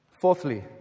Fourthly